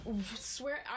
swear